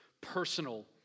personal